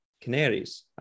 Canaries